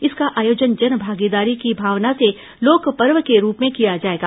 इसका आयोजन जनमागीदारी की भावना से लोकपर्व के रूप में किया जाएगा